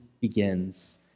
begins